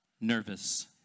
nervous